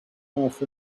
half